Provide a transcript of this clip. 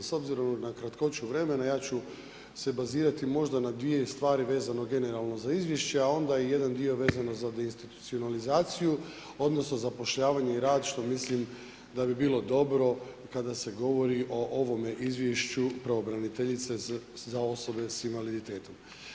S obzirom na kratkoću vremena ja ću bazirati možda na dvije stvari vezano generalno za izvješće, a onda i jedan dio vezano za deinstitucionalizaciju odnosno zapošljavanje i rad, što mislim da bi bilo dobro kada se govori o ovome Izvješću pravobraniteljice za osobe s invaliditetom.